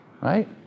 right